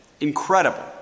Incredible